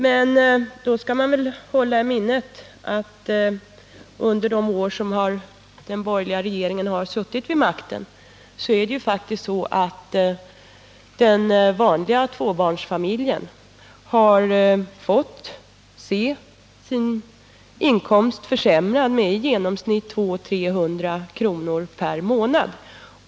Men då skall man väl hålla i minnet att under de år som borgerliga regeringar suttit vid makten har faktiskt den vanliga tvåbarnsfamiljen fått se sin inkomst försämrad med i genomsnitt 200-300 kr. per månad.